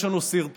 יש לנו סרטון